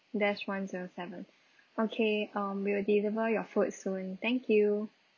dash one zero seven okay um we will deliver your food soon thank you